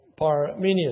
Parmenius